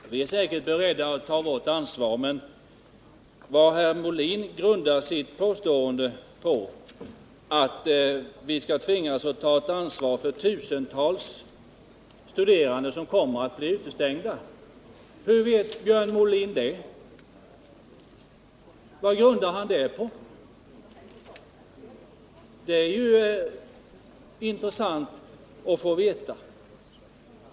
Herr talman! Vi är säkert beredda att ta vårt ansvar. Men herr Molin säger att vi kommer att tvingas ta ansvar för att tusentals studerande blir utestängda. Hur vet Björn Molin att det kommer att bli så? Vad grundar han det påståendet på? Det vore intressant att få veta det.